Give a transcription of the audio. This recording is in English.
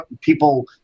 people